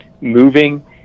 moving